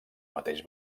mateix